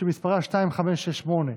שמספרה 2568,